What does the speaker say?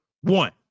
one